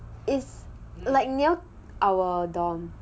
is like near our dorm